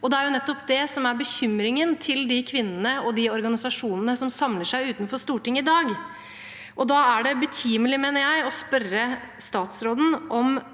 det er jo nettopp det som er bekymringen til de kvinnene og de organisasjonene som samler seg utenfor Stortinget i dag. Da er det betimelig, mener jeg, å spørre statsråden om